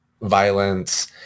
violence